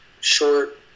short